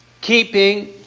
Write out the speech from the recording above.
keeping